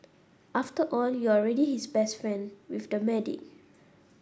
after all you're already his best friend with the medic